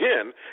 again